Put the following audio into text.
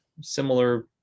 similar